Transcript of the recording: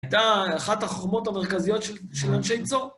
הייתה אחת החוכמות המרכזיות של אנשי צור.